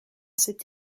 cet